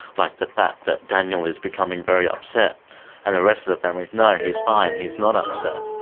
like the fact that daniel is becoming very upset and the rest of the family no, he's fine, he's not upset,